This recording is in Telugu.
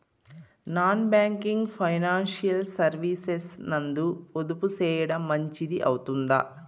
నాన్ బ్యాంకింగ్ ఫైనాన్షియల్ సర్వీసెస్ నందు పొదుపు సేయడం మంచిది అవుతుందా?